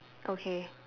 okay